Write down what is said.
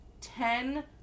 ten